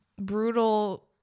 brutal